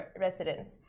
residents